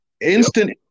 Instant